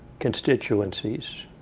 constituencies